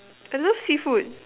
I love seafood